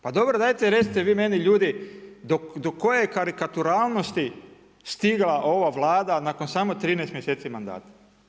Pa dobro, dajte recite vi meni ljudi do koje karikaturalnosti stigla ova Vlada nakon samo 13 mjeseci mandata.